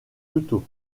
couteau